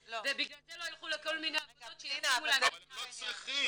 ובגלל זה לא ילכו לכל מיני עבודות ש- -- אבל הם לא צריכים,